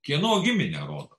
kieno giminę rodo